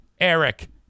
eric